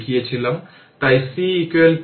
সুতরাং i t এর plot এই চিত্রে দেখানো হয়েছে